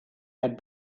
had